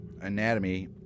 anatomy